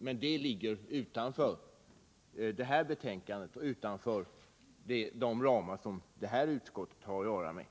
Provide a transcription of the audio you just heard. Det ligger emellertid utanför detta betänkande och utanför de ramar som civilutskottet har att arbeta inom.